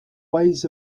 ways